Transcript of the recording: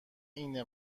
اینه